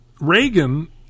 Reagan